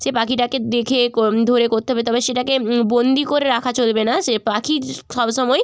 সেই পাখিটাকে দেখে কোন ধরে করতে হবে তবে সেটাকে বন্দী করে রাখা চলবে না সে পাখি সব সময়